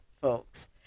folks